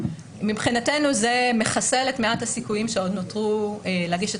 מבחינתנו זה מחסל את מעט הסיכויים שעוד נותרו להגיש את